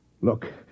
Look